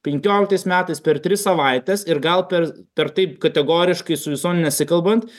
penkioliktais metais per tris savaites ir gal per per taip kategoriškai su visuomene nesikalbant